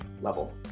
level